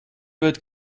wird